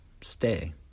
stay